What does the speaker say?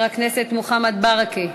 חבר הכנסת מוחמד ברכה,